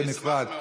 בנפרד,